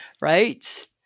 Right